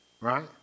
Right